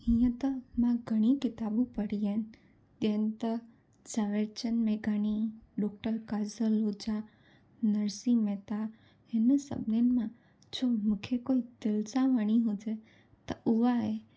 हीअं त मां घणी किताबूं पढ़ी आहिनि जीअं त सावरचन में घणी डॉक्टर कासल हुजा नरसी मेहता हिन सभनीनि मां जो मूंखे कोई दिलि सां वणी हुजे त उहा आहे